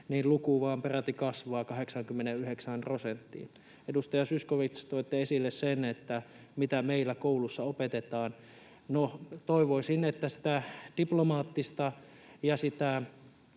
vain kasvaa, peräti 89 prosenttiin. Edustaja Zyskowicz, toitte esille, että mitä meillä koulussa opetetaan. No, toivoisin, että sitä diplomaattisuutta ja sitä